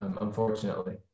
unfortunately